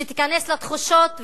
שתיכנס לתחושות,